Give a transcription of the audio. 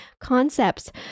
concepts